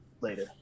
later